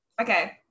Okay